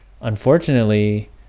Unfortunately